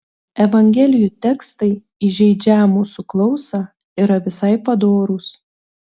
evangelijų tekstai įžeidžią mūsų klausą yra visai padorūs